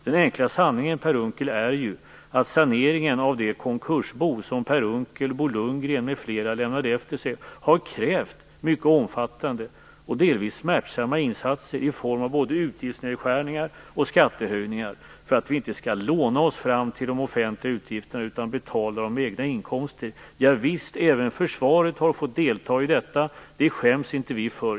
Den enkla sanningen, Per Unckel, är ju att saneringen av det konkursbo som Per Unckel, Bo Lundgren m.fl. lämnade efter sig har krävt mycket omfattande och delvis smärtsamma insatser i form av både utgiftsnedskärningar och skattehöjningar, för att vi inte skall låna oss fram till de offentliga utgifterna utan betala dem med egna inkomster. Javisst, även försvaret har fått delta i detta. Det skäms vi inte för.